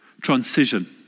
transition